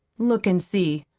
look and see!